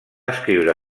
escriure